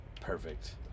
perfect